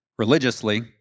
religiously